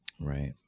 Right